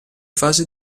fase